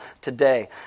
today